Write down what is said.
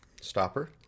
stopper